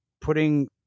putting